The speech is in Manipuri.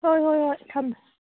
ꯍꯣꯏ ꯍꯣꯏ ꯍꯣꯏ ꯊꯝꯃꯣ